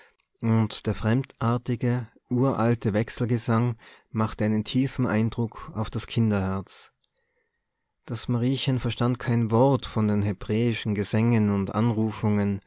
und der fremdartige uralte wechselgesang machte einen tiefen eindruck auf das kinderherz das mariechen verstand kein wort von den hebräischen gesängen und anrufungen